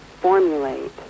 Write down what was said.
formulate